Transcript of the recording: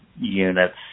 units